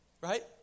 Right